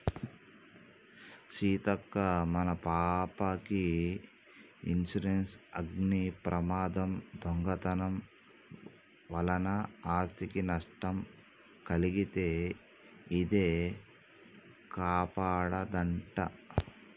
సీతక్క మన పాపకి ఇన్సురెన్సు అగ్ని ప్రమాదం, దొంగతనం వలన ఆస్ధికి నట్టం తొలగితే ఇదే కాపాడదంట